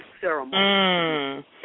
ceremony